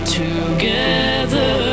together